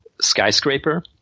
skyscraper